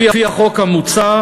לפי החוק המוצע,